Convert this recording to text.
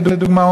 לדוגמה,